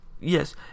Yes